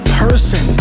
person